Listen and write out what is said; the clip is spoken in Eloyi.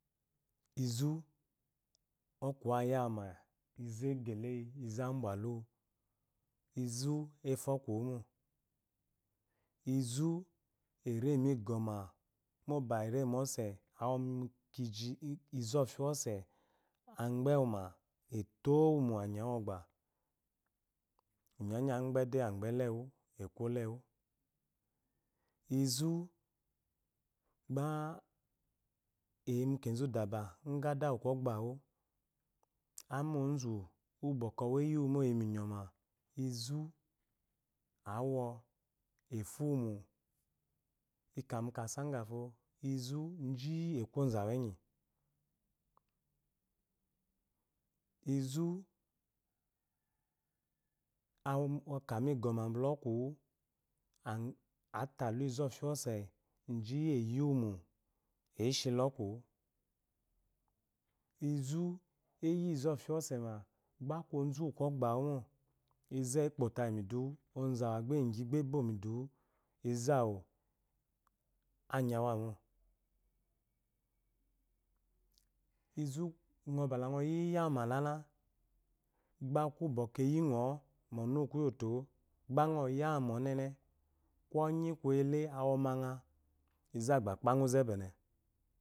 Izu okuwu ayawuma izu egeleyi izu abraluwa izu efu okuwumo izu erebigɔ ma mobe eremose awomu kiji izɔfi wose agbewuma etowumo anymamugba inyanyi agbede agbelewuu ekulewu izu gba eyi mu kezudabe nga adakogbawu ama ozu wu bwɔkwɔ eyiwumo eyi minyo ma izu awo efuwmi ikamukasa gɔto izuji ekuozawu enyi izu akamigɔma bala okume atach izɔfi wose ji eyiwu ma gba aku ozuwu kogbawumo izueka potayi mmiduwu ozawa gba egyi gba edo miduwu izawu anyawama izu ingo ba la ngo yiyawumalade gba ku wubwɔkwɔ eyi ngo monuwukaito gba ngo yawuma ɔnene konyi koyile awomanga izu agba kpanga uze bene